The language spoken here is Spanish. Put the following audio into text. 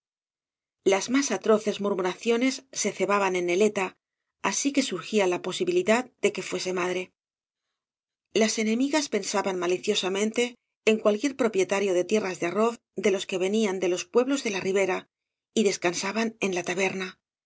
las más atroces murmuraciones se cebaban en neleta así que surgía la posibilidad de que fuese madre las enemigas pensaban maliciosamente en cualquier propietario de tierras de arroz de los que venían de los pueblos de la ribera y descansaban en la taberna